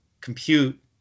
compute